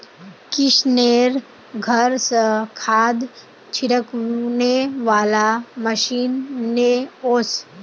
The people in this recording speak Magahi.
किशनेर घर स खाद छिड़कने वाला मशीन ने वोस